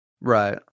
Right